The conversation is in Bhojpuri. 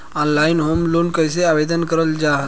ऑनलाइन होम लोन कैसे आवेदन करल जा ला?